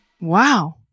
Wow